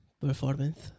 Performance